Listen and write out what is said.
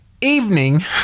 evening